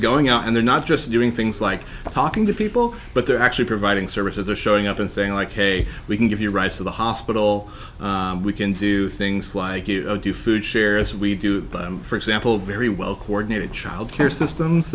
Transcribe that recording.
going out and they're not just doing things like talking to people but they're actually providing services they're showing up and saying like hey we can give you rights to the hospital we can do things like you do food share as we do the for example very well coordinated child care systems